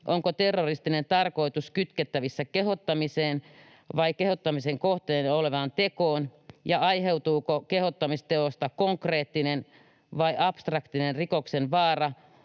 onko terroristinen tarkoitus kytkettävissä kehottamiseen vai kehottamisen kohteena olevaan tekoon ja aiheutuuko kehottamisteosta konkreettinen vai abstraktinen rikoksen vaara,